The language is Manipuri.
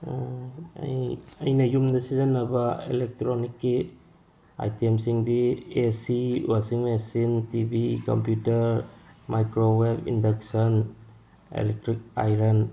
ꯑꯩ ꯑꯩꯅ ꯌꯨꯝꯗ ꯁꯤꯖꯤꯟꯅꯕ ꯑꯦꯂꯦꯛꯇ꯭ꯔꯣꯅꯤꯛꯀꯤ ꯑꯥꯏꯇꯦꯝꯁꯤꯡꯗꯤ A C washing machine T V computer microwave induction electric iron